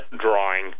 drawing